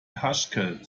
haskell